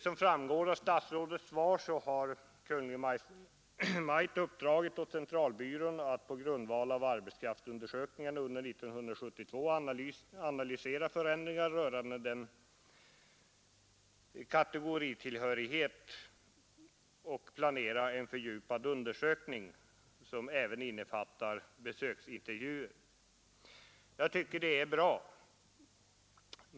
Som framgår av statsrådets svar har Kungl. Maj:t uppdragit åt centralbyrån att på grundval av arbetskraftsundersökningarna under år 1972 analysera förändringar rörande kategoritillhörighet och förplanera en fördjupad undersökning som även innefattar besöksintervjuer. Det är bra.